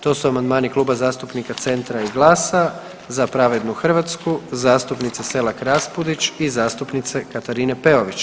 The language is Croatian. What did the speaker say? To su amandmani Kluba zastupnika Centra i GLAS-a, Za pravednu Hrvatsku, zastupnica Selak Raspudić i zastupnice Katarine Peović.